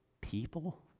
people